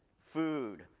food